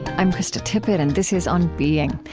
i'm krista tippett, and this is on being.